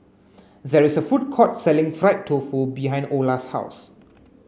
there is a food court selling fried tofu behind Ola's house